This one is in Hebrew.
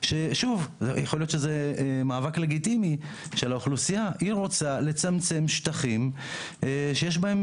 למשל אום בתאין תוכנן שכל שטח הישוב,